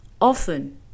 often